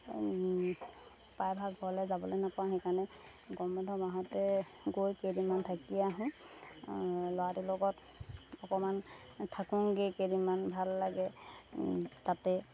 প্ৰায়ভাগ ঘৰলৈ যাবলৈ নাপাওঁ সেইকাৰণে গৰম বন্ধ মাহতে গৈ কেইদিনমান থাকি আহোঁ ল'ৰাটোৰ লগত অকণমান থাকোগৈ কেইদিনমান ভাল লাগে তাতে